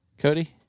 Cody